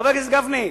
חבר הכנסת גפני,